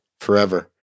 forever